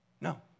No